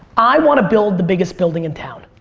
i want to build the biggest building in town.